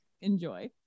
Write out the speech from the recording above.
enjoy